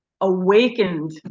awakened